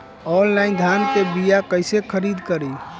Online धान के बीया कइसे खरीद करी?